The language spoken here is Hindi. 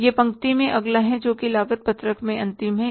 यह पंक्ति में अगला है जो लागत पत्रक में अंतिम है